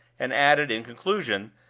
and added, in conclusion,